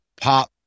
pop